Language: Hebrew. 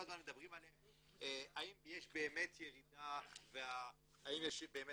האם יש באמת ירידה בפיגועים,